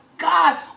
God